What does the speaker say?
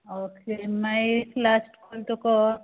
आं ओके मागीर लास्ट तुका